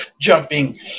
jumping